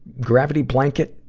gravityblanket.